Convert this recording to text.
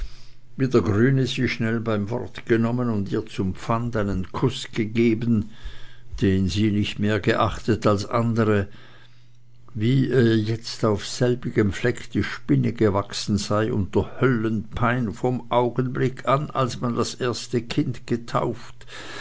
wie der grüne sie schnell beim worte genommen und ihr zum pfande einen kuß gegeben den sie nicht mehr geachtet als andere wie ihr jetzt auf selbigem fleck die spinne gewachsen sei unter höllenpein vom augenblick an als man das erste kind getauft